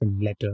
letter